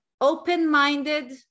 open-minded